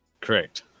Correct